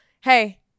Hey